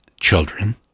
children